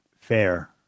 fair